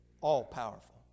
all-powerful